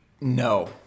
no